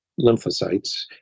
lymphocytes